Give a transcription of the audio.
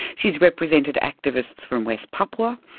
she's represented activists from west papua,